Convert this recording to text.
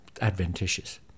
adventitious